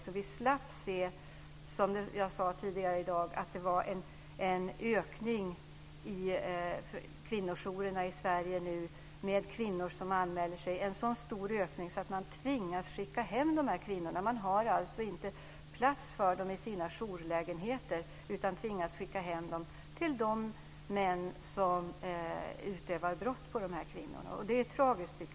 Jag sade tidigare i dag att det var en ökning av kvinnor som anmäler sig till kvinnojourerna. Det är en sådan stor ökning att man tvingas skicka hem kvinnorna. Man har inte plats för dem i sina jourlägenheter. Man tvingas skicka hem dem till de män som utövar brott mot kvinnorna. Det är tragiskt.